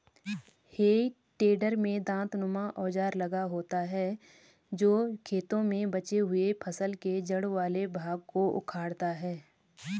हेइ टेडर में दाँतनुमा औजार लगा होता है जो खेतों में बचे हुए फसल के जड़ वाले भाग को उखाड़ता है